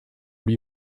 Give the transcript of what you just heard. lui